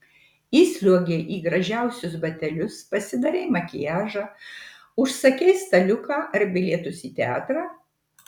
įsliuogei į gražiausius batelius pasidarei makiažą užsakei staliuką ar bilietus į teatrą